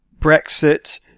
Brexit